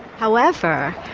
however,